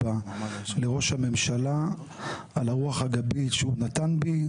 לראש הממשלה על הרוח הגבית שהוא נתן לי,